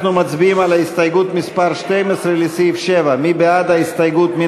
אנחנו מצביעים על ההסתייגות מס' 12 לסעיף 7. מי בעד ההסתייגות?